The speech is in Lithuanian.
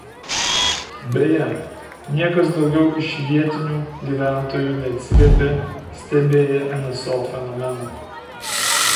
beje niekas daugiau iš vietinių gyventojų neatsiliepė stebėję nso fenomeną